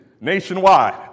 nationwide